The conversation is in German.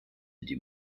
die